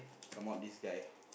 come out this guy